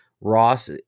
Ross